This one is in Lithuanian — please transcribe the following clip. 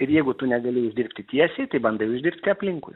ir jeigu tu negali uždirbti tiesiai tai bandai uždirbti aplinkui